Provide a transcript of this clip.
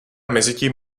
mezitím